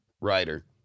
writer